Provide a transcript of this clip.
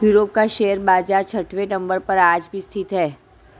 Europe का share बाजार छठवें नम्बर पर आज भी स्थित है